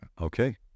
Okay